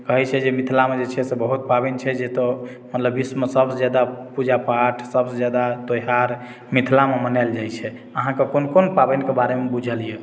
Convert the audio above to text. कहैत छै जे मिथिलामे जे छै से बहुत पाबनि छै जतय मतलब विश्वमे सभसँ ज्यादा पूजा पाठ सभसँ ज्यादा त्यौहार मिथिलामे मनाओल जाइत छै अहाँके कोन कोन पाबनिके बारेमे बुझल यए